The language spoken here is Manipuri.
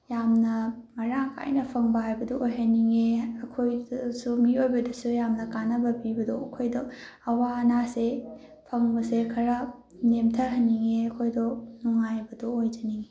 ꯌꯥꯝꯅ ꯃꯔꯥꯡ ꯀꯥꯏꯅ ꯐꯪꯕ ꯍꯥꯏꯕꯗꯨ ꯑꯣꯏꯍꯟꯅꯤꯡꯏ ꯑꯩꯈꯣꯏꯗꯁꯨ ꯃꯤꯑꯣꯏꯕꯗꯁꯨ ꯌꯥꯝꯅ ꯀꯥꯟꯅꯕ ꯄꯤꯕꯗꯣ ꯑꯩꯈꯣꯏꯗ ꯑꯋꯥ ꯑꯅꯥꯁꯦ ꯐꯪꯕꯁꯦ ꯈꯔ ꯅꯦꯝꯊꯍꯟꯅꯤꯡꯏ ꯑꯩꯈꯣꯏꯗꯣ ꯅꯨꯡꯉꯥꯏꯕꯗꯣ ꯑꯣꯏꯖꯅꯤꯡꯏ